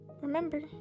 remember